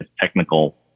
technical